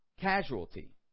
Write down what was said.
casualty